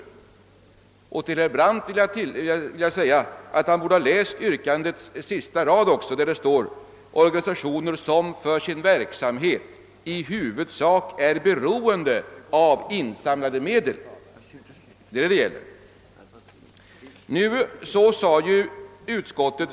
Till herr Brandt vill jag säga, att han borde ha läst yrkandets sista rad, där det står »organisationer som för sin verksamhet i huvudsak är beroende av insamlade medel».